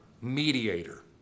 mediator